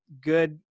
good